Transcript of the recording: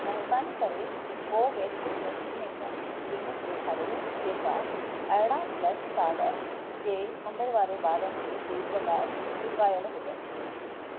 महिरबानी करे Covax vaccination clinic ॾेखारियो जेका अरड़हां प्लस साल जे उमिरि वारे ॿारनि जे ग्रूप लाइ चुकायल हुजनि